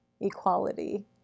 equality